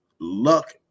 luck